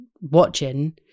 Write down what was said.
watching